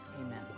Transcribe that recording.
amen